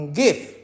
gift